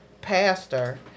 pastor